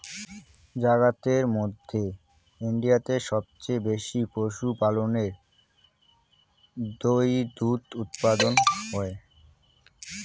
জাগাতের মধ্যে ইন্ডিয়াতে সবচেয়ে বেশি পশুপালনের থুই দুধ উপাদান হই